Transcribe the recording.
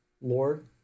Lord